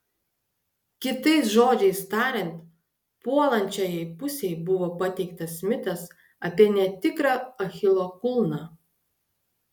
kitais žodžiais tariant puolančiajai pusei buvo pateiktas mitas apie netikrą achilo kulną